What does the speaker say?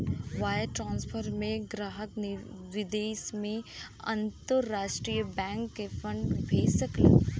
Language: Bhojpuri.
वायर ट्रांसफर में ग्राहक विदेश में अंतरराष्ट्रीय बैंक के फंड भेज सकलन